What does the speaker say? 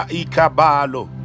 ikabalo